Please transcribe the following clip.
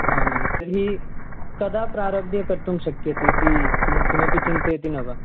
आम् आं तर्हि कदा प्रारभ्य कर्तुं शक्यते इति किं किमपि चिन्तयति न वा